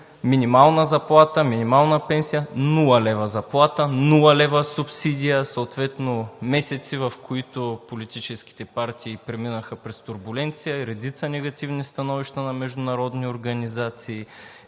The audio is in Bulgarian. минимална заплата, минимална пенсия, нула лева заплата, нула лева субсидия, съответно месеци, в които политическите партии преминаха през турбуленция, редица негативни становища на международни организации,